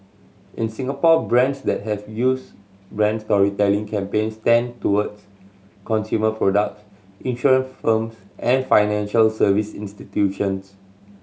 in Singapore brands that have used brand storytelling campaigns tend towards consumer products insurance firms and financial service institutions